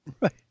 right